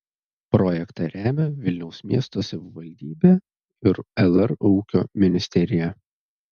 projektą remia vilniaus miesto savivaldybe ir lr ūkio ministerija